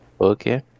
Okay